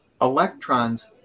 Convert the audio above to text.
electrons